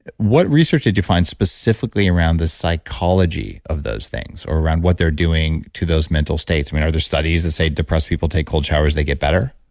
what research did you find specifically around the psychology of those things, or around what they're doing to those mental states? i mean, are there studies that say, depressed people take cold showers, they get better?